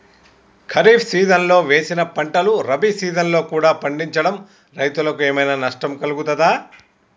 ఖరీఫ్ సీజన్లో వేసిన పంటలు రబీ సీజన్లో కూడా పండించడం రైతులకు ఏమైనా నష్టం కలుగుతదా?